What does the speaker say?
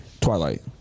Twilight